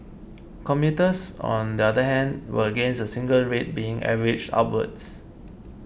commuters on the other hand were against a single rate being averaged upwards